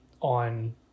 on